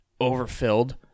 overfilled